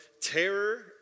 terror